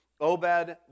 Obed